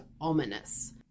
ominous